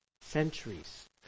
Centuries